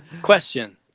Question